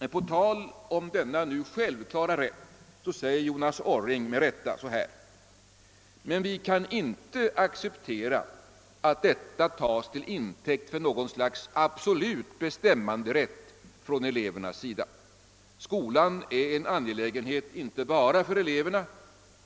Beträffande denna nu självklara rätt framhåller Jonas Orring med fullt fog följande: »Men vi kan inte acceptera att detta tas till intäkt för någon slags absolut bestämmanderätt från elevernas sida. Skolan är en angelägenhet inte bara för eleverna.